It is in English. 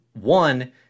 one